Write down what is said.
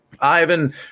Ivan